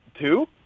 Two